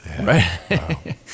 Right